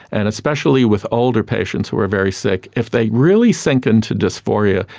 and especially with older patients who are very sick, if they really sink into dysphoria,